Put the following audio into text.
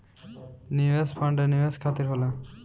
निवेश फंड निवेश खातिर होला